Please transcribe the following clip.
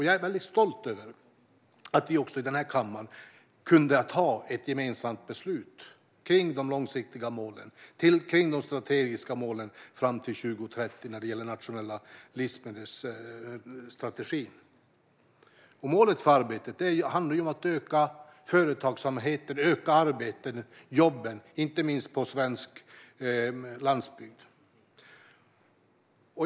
Jag är väldigt stolt över att vi här i kammaren har kunnat fatta ett gemensamt beslut om de långsiktiga och de strategiska målen fram till 2030 när det gäller den nationella livsmedelsstrategin. Målet för arbetet handlar om att öka företagsamheten och öka jobben på inte minst svensk landsbygd.